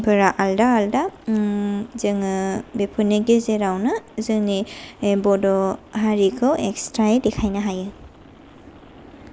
जोंनि कालचार जोंनि ट्रेदिसनाव ट्रेदिसनफोरा आलदा आलदा जोङो बेफोरनि गेजेरावनो जोंनि बद'